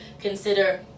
consider